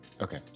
Okay